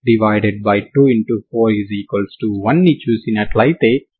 x 0 పెడితే g00 అని మీరు చూడవచ్చు సరేనా